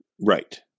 Right